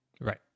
Right